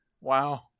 Wow